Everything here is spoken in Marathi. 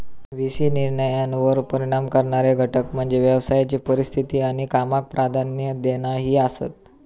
व्ही सी निर्णयांवर परिणाम करणारे घटक म्हणजे व्यवसायाची परिस्थिती आणि कामाक प्राधान्य देणा ही आसात